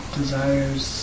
desires